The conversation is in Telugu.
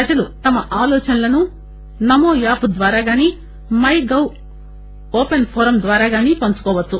ప్రజలు తమ ఆలోచనలను నమో యాప్ ద్వారా గానీ మై గవ్ ఓపెన్ ఫోరం ద్వారా గాని పంచుకోవచ్చు